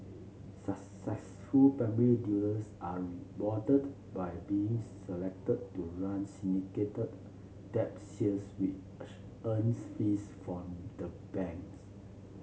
successful primary dealers are rewarded by being selected to run syndicated debt sales which earn fees for the banks